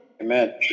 Amen